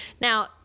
Now